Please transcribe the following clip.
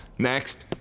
next.